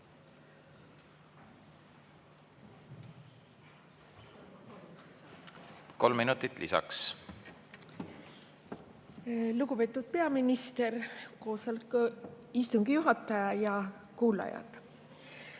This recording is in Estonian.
Kolm minutit lisaks. Lugupeetud peaminister, istungi juhataja ja kuulajad!